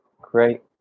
Great